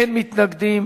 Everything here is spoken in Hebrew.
מי נגד?